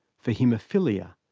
for haemophilia,